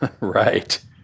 Right